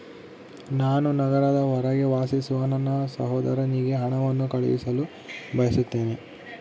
ನಾನು ನಗರದ ಹೊರಗೆ ವಾಸಿಸುವ ನನ್ನ ಸಹೋದರನಿಗೆ ಹಣವನ್ನು ಕಳುಹಿಸಲು ಬಯಸುತ್ತೇನೆ